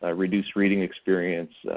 ah reduced reading experience,